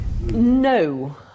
No